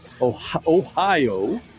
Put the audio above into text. Ohio